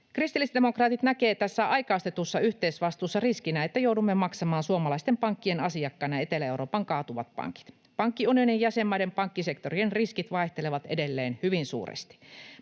Kristillisdemokraatit näkevät tässä aikaistetussa yhteisvastuussa riskinä, että joudumme maksamaan suomalaisten pankkien asiakkaana Etelä-Euroopan kaatuvat pankit. Pankkiunionin jäsenmaiden pankkisektorien riskit vaihtelevat edelleen hyvin suuresti.